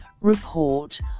report